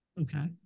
Okay